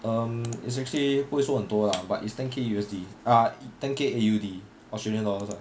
um it's actually 不会说很多 lah but but it's ten K U_S_D ah ten K A_U_D australian dollars lah